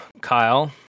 Kyle